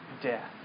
death